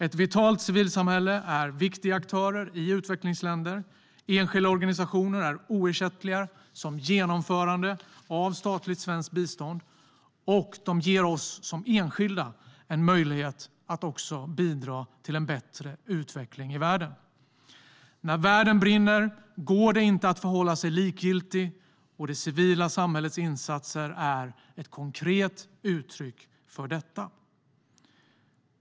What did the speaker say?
Ett vitalt civilsamhälle ger viktiga aktörer i utvecklingsländer. Enskilda organisationer är oersättliga som genomförare av statligt svenskt bistånd, och de ger oss som enskilda en möjlighet att bidra till en bättre utveckling i världen. När världen brinner går det inte att förhålla sig likgiltig, och det civila samhällets insatser är ett konkret uttryck för detta.